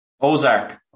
Ozark